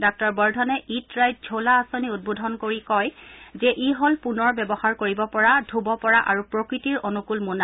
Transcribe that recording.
ডাঃ বৰ্দনে eat right ঝলা আঁচনি উদ্বোধন কৰি কয় যে ই হ'ল পুনৰ ব্যৱহাৰ কৰিব পৰা ধুব পৰা আৰু প্ৰকৃতিৰ অনুকুল মোনা